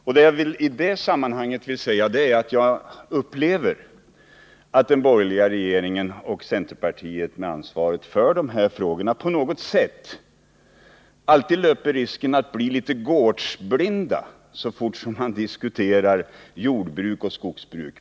Vad jagi detta sammanhang vill säga är att jag tycker att centerpartiet, som inom den borgerliga regeringen har ansvaret för dessa frågor, på något sätt alltid löper risken att bli gårdsblint, så snart man diskuterar jordbruk och skogsbruk.